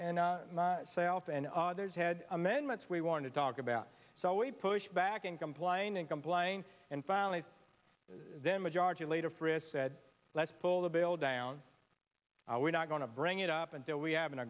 and not self and others had amendments we wanted to talk about so we pushed back and complain and complain and finally them majority leader frist said let's pull the bail down i we're not going to bring it up until we have an